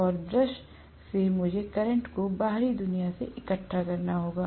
और ब्रश से मुझे करंट को बाहरी दुनिया में इकट्ठा करना होगा